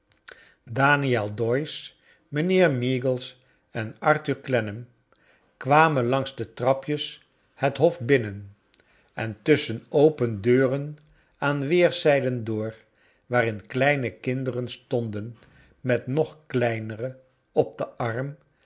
daniel doyce mijnheer m eagles en arthur clennam kwamen langs de trapjes het hof binnen en tusschen open deuren aan weerszijden door waarln kleine kinderen stonden met nog kleinere op den arm